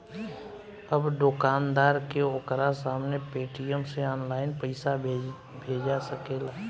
अब दोकानदार के ओकरा सामने पेटीएम से ऑनलाइन पइसा भेजा सकेला